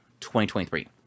2023